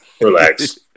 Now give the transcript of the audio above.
Relax